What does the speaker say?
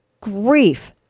grief